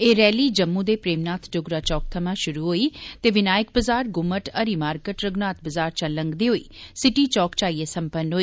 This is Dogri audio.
एह् रैली जम्मू दे प्रेमनाथ डोगरा चौक थमां शुरू होई ते विनायक बजार गुम्मट हरि मार्केट रघुनाथ बजार चा लंगदे होई सिटी चौक च आईए सम्पन्न होई